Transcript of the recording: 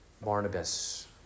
Barnabas